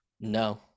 No